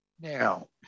Now